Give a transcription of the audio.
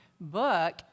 book